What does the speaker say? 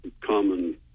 common